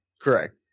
Correct